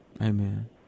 Amen